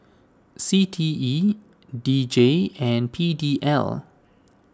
C T E D J and P D L